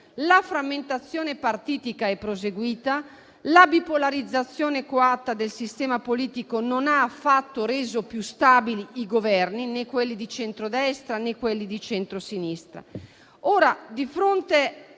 la frammentazione partitica sia proseguita e la bipolarizzazione coatta del sistema politico non abbia affatto reso più stabili i Governi, né quelli di centrodestra, né quelli di centrosinistra.